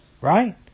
right